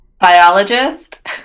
Biologist